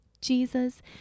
Jesus